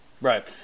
Right